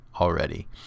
already